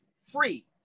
free